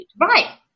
right